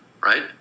Right